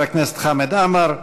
חבר הכנסת חמד עמאר,